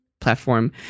platform